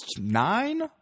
nine